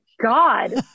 god